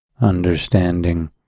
understanding